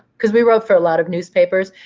because we wrote for a lot of newspapers,